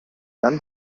dann